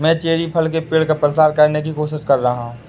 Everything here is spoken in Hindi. मैं चेरी फल के पेड़ का प्रसार करने की कोशिश कर रहा हूं